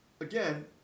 Again